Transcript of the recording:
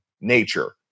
nature